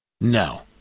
no